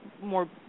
more